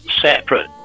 separate